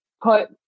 put